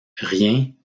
rien